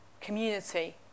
community